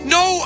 no